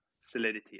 solidity